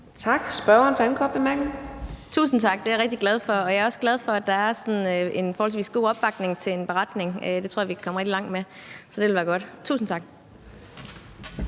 Susie Jessen (DD): Tusind tak. Det er jeg rigtig glad for, og jeg er også glad for, at der er sådan en forholdsvis god opbakning til en beretning. Det tror jeg vi kan komme rigtig langt med, så det vil være godt. Tusind tak.